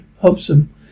Hobson